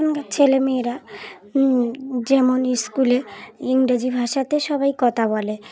এখনকার ছেলেমেয়েরা যেমন স্কুলে ইংরেজি ভাষাতে সবাই কথা বলে